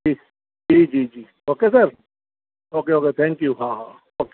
ठीक जी जी जी okay sir okay okay thank you हा हा हा ओके